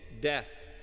death